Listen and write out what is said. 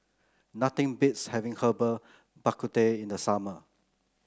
nothing beats having Herbal Bak Ku Teh in the summer